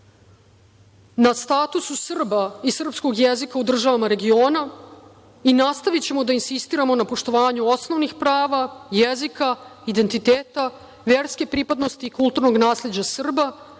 na statusu Srba i srpskog jezika u državama regiona i nastavićemo da insistiramo na poštovanju osnovnih prava, jezika, identiteta, verske pripadnosti i kulturnog nasleđa Srba